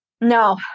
No